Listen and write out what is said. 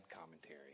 commentary